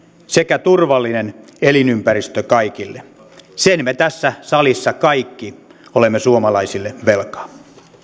sekä turvallinen elinympäristö kaikille sen me kaikki tässä salissa olemme suomalaisille velkaa